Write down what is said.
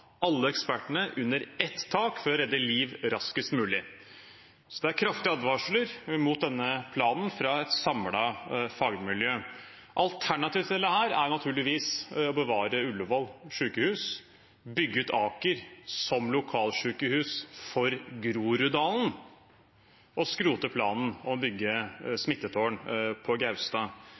alle ekspertene under ett tak for å redde liv raskest mulig. Så det er kraftige advarsler mot denne planen fra et samlet fagmiljø. Alternativet til dette er naturligvis å bevare Ullevål sykehus, bygge ut Aker som lokalsykehus for Groruddalen og skrote planen om å bygge smittetårn på Gaustad.